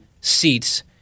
seats